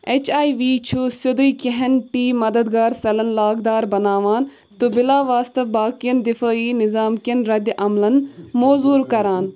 H I V چھُ سیٚودُے کینٛہَن ٹی مددگار سیلَن لاگ دار بناوان ، تہٕ بِلاواسطہ باقین دِفٲیی نِظام كین ردِعملن موٚزوٗر كران